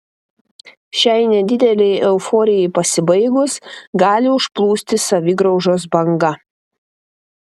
šiai nedidelei euforijai pasibaigus gali užplūsti savigraužos banga